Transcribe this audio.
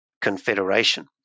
confederation